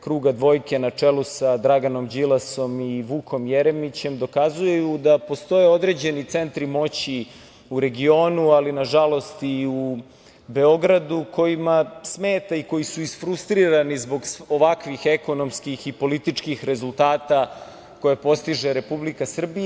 kruga dvojke na čelu sa Draganom Đilasom i Vukom Jeremićem dokazuju da postoje određeni centri moći u regionu, ali nažalost i u Beogradu kojima smeta i koji su isfrustrirani zbog ovakvih ekonomskih i političkih rezultata koje postiže Republika Srbija.